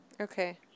Okay